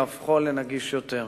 להופכו לנגיש יותר.